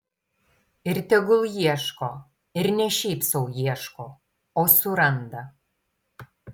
ir tegul ieško ir ne šiaip sau ieško o suranda